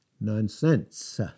Nonsense